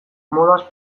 modaz